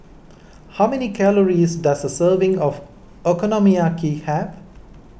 how many calories does a serving of Okonomiyaki have